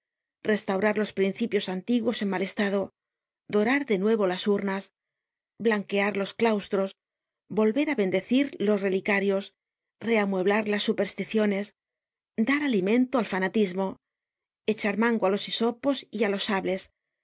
restaurar los principios antiguos en mal estado dorar de nuevo las urnas blanquear los claustros volver á bendecir los relicarios reamueblar las supersticiones ilar alimento al fanatismo echar mango á los hisopos y á los sables